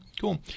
cool